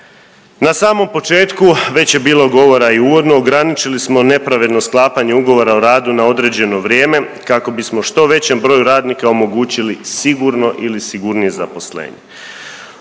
Na samom početku već je bilo govora i uvodno ograničili smo nepravedno sklapanje ugovora o radu na određeno vrijeme kako bismo što većem broju radnika omogućili sigurno ili sigurnije zaposlenje.